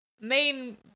main